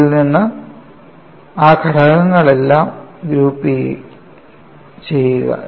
അതിൽ നിന്ന് ആ ഘടകങ്ങളെല്ലാം ഗ്രൂപ്പുചെയ്യുക